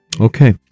Okay